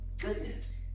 goodness